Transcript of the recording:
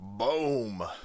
Boom